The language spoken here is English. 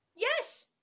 Yes